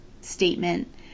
statement